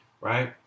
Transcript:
right